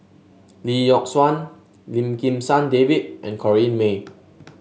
Lee Yock Suan Lim Kim San David and Corrinne May